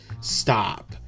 Stop